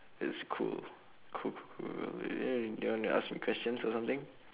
it's cool cool cool do you want to ask me questions or something